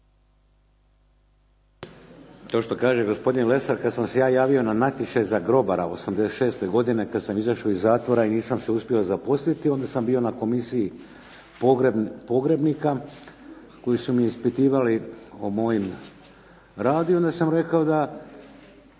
To što kaže gospodin Lesar kad sam se ja javio na natječaj za grobara '86. godine kad sam izašao iz zatvora i nisam se uspio zaposliti, onda sam bio na komisiji pogrebnika koji su me ispitivali o mojem radu. I onda sam rekao da